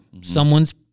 someone's